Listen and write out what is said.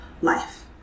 life